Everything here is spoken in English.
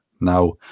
Now